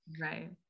Right